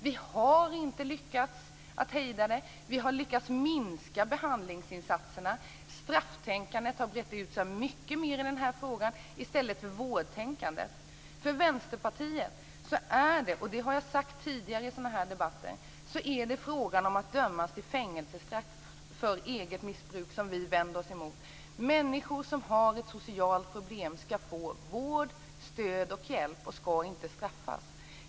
Vi har inte lyckats att hejda det. Vi har lyckats med att minska behandlingsinsatserna. Strafftänkandet i stället för vårdtänkandet har brett ut sig. Vi i Vänsterpartiet vänder oss emot - och det har jag sagt tidigare - att man skall dömas för fängelsestraff för eget missbruk. Människor som har ett socialt problem skall få vård, stöd och hjälp och inte straff.